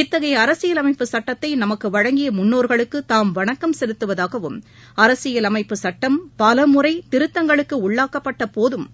இத்தகைய அரசியலமைப்புச் சுட்டத்தை நமக்கு வழங்கிய முன்னோர்களுக்கு தாம் வணக்கம் செலுத்துவதாகவும் அரசியலமைப்பு சட்டம் பலமுறை திருத்தங்களுக்கு உள்ளாக்கப்பட்ட போதிலும்